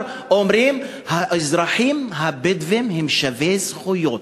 אומרים: האזרחים הבדואים הם שווי זכויות,